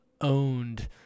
owned